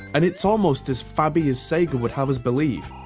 and it's almost as fabby as sega would have us believe.